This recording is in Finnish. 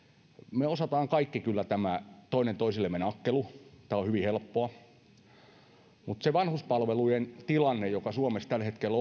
me osaamme kaikki kyllä tämän toinen toisillemme nakkelun tämä on hyvin helppoa mutta se vanhuspalveluiden tilanne joka suomessa tällä hetkellä